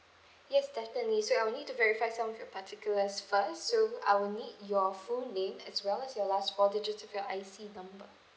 yes definitely so I will need to verify some of your particulars first so I will need your full name as well as your last four digits of your I_C number